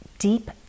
deep